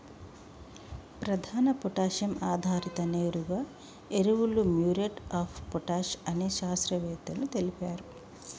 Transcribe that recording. ప్రధాన పొటాషియం ఆధారిత నేరుగా ఎరువులు మ్యూరేట్ ఆఫ్ పొటాష్ అని శాస్త్రవేత్తలు తెలిపారు